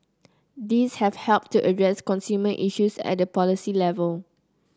these have helped to address consumer issues at the policy level